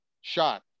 shot